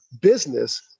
business